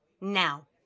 Now